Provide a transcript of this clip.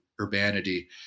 urbanity